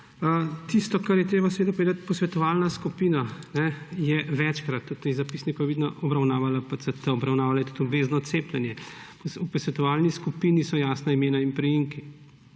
Tisto, kar je treba povedati, posvetovalna skupina je večkrat, v tem zapisniku je, vidno obravnavala PCT, obravnavala je tudi obvezno cepljenje. V posvetovalni skupini so jasna imena in priimki.